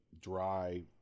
dry